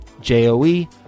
J-O-E